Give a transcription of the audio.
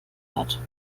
hat